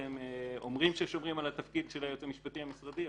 אומרים ששומרים על התפקיד של היועץ המשפטי המשרדי,